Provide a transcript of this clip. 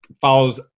follows